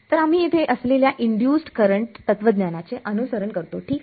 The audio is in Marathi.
तर आम्ही इथे असलेल्या इंड्युसड् करंटतत्त्वज्ञानाचे अनुसरण करतो ठीक आहे